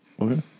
Okay